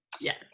yes